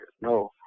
No